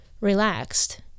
relaxed